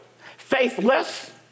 faithless